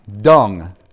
Dung